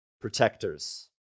protectors